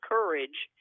Courage